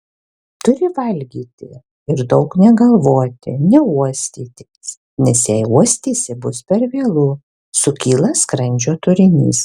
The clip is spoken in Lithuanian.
turi valgyti ir daug negalvoti neuostyti nes jei uostysi bus per vėlu sukyla skrandžio turinys